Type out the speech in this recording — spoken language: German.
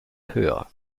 höher